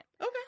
okay